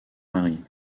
marie